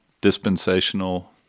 dispensational